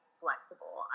flexible